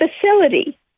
facility